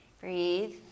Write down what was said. Breathe